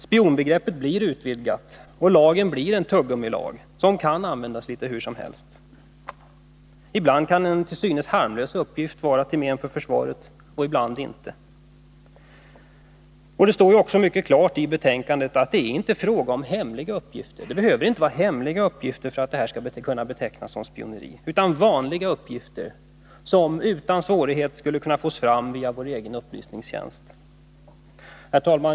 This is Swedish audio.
Spionbegreppet blir utvidgat, och lagen blir en tuggummilag som kan användas litet hur som helst. Ibland kan en till synes harmlös uppgift vara till men för försvaret och ibland inte. Och det står mycket klart i betänkandet att det inte är fråga om hemliga uppgifter. Det behöver inte vara hemliga uppgifter för att det skall betecknas som spioneri, utan det kan vara vanliga Nr 36 uppgifter, som utan svårigheter kan fås fram via riksdagens upplysnings Onsdagen den tjänst. 25 november 1981 Herr talman!